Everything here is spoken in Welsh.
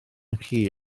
chi